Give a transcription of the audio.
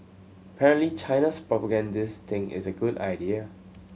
China's propagandist think it's a good idea